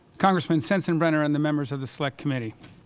congressman sensenbrenner and the members of the select committee.